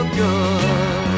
good